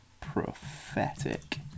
Prophetic